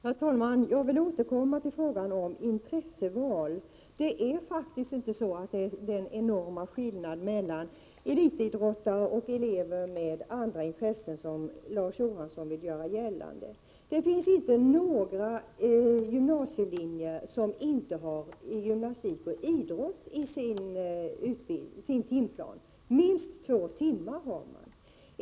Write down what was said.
Herr talman! Jag vill återkomma till frågan om intresseval. Det är inte så enormt stor skillnad mellan elitidrottaren och eleven med andra intressen som Larz Johansson vill göra gällande. Det finns inte några gymnasielinjer som inte har gymnastik och idrott i sin timplan; minst två timmar per vecka har man.